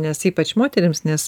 nes ypač moterims nes